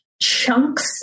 chunks